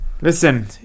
Listen